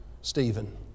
Stephen